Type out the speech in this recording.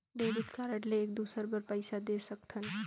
Debit card ले एक दुसर बार पइसा दे सकथन?